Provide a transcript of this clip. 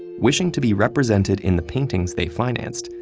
wishing to be represented in the paintings they financed,